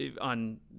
on